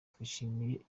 twishimiye